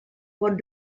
pot